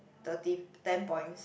thirty ten points